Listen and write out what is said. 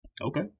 Okay